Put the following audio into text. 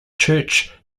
church